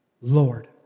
Lord